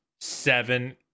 seven